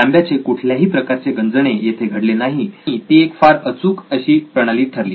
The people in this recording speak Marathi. तांब्याचे कुठल्याही प्रकारचे गंजणे येथे घडले नाही आणि ती एक फार अचूक अशी प्रणाली ठरली